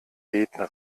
beten